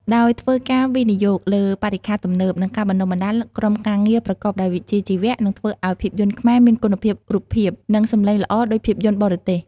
ដោយធ្វើការវិនិយោគលើបរិក្ខារទំនើប និងការបណ្តុះបណ្តាលក្រុមការងារប្រកបដោយវិជ្ជាជីវៈ នឹងធ្វើឲ្យភាពយន្តខ្មែរមានគុណភាពរូបភាព និងសំឡេងល្អដូចភាពយន្តបរទេស។